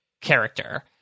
character